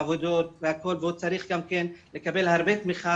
עבודות והוא צריך גם כן לקבל הרבה תמיכה